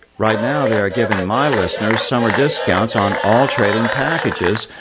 right now, they are giving my listeners summer discounts on all trading packages,